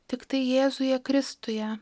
tiktai jėzuje kristuje